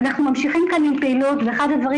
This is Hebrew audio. אנחנו ממשיכים כאן עם פעילות ואחד הדברים